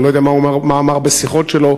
אני לא יודע מה הוא אמר בשיחות שלו.